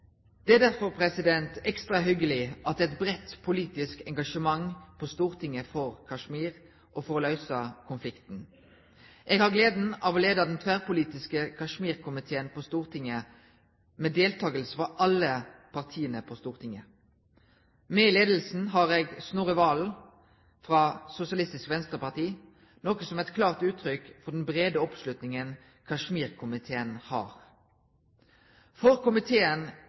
Det er derfor ekstra hyggelig at det er et bredt politisk engasjement på Stortinget for Kashmir og for å løse konflikten. Jeg har gleden av å lede den tverrpolitiske Kashmir-komiteen på Stortinget, med deltakelse fra alle partiene. Med i ledelsen har jeg Snorre Valen fra Sosialistisk Venstreparti, noe som er et klart uttrykk for den brede oppslutningen Kashmir-komiteen har. For komiteen